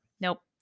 Nope